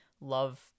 love